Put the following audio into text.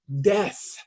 death